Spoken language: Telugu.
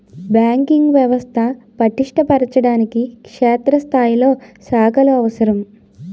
బ్యాంకింగ్ వ్యవస్థ పటిష్ట పరచడానికి క్షేత్రస్థాయిలో శాఖలు అవసరం